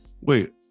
Wait